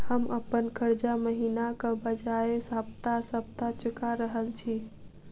हम अप्पन कर्जा महिनाक बजाय सप्ताह सप्ताह चुका रहल छि